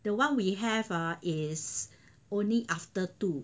the one we have ah is only after two